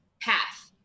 path